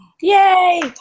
Yay